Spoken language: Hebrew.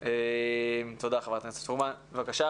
חבר הכנסת קלנר, בבקשה.